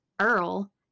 Earl